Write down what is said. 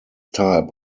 type